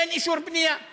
אין אישור בנייה כדין,